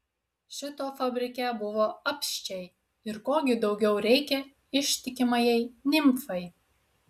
šito fabrike buvo apsčiai ir ko gi daugiau reikia ištikimajai nimfai